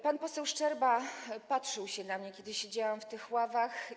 Pan poseł Szczerba patrzył na mnie, kiedy siedziałam w tych ławach.